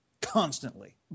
constantly